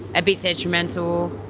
a bit detrimental,